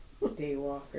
Daywalker